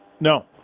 No